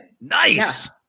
Nice